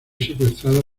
secuestrado